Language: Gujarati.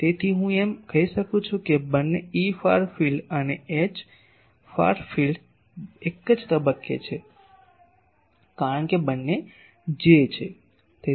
તેથી હું એમ કહી શકું છું કે બંને Efar field અને Hfar field એક જ તબક્કે છે કારણ કે બંને j છે